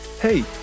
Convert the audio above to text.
Hey